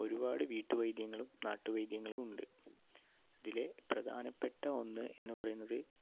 ഒരുപാട് വീട്ടു വൈദ്യങ്ങളും നാട്ടു വൈദ്യങ്ങളും ഉണ്ട് ഇതിലെ പ്രധാനപ്പെട്ട ഒന്ന് എന്ന് പറയുന്നത്